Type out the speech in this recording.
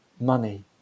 money